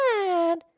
sad